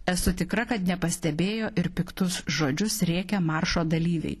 esu tikra kad nepastebėjo ir piktus žodžius rėkę maršo dalyviai